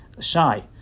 shy